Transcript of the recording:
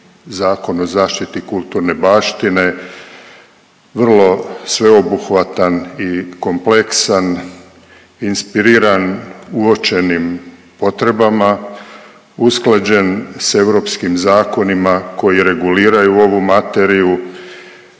Zakon o zaštiti kulturne baštine vrlo sveobuhvatan i kompleksan, inspiriran uočenim potrebama, usklađen s europskim zakonima koji reguliraju ovu materiju,